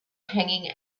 hanging